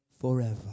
forever